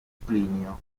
plinio